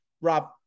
Rob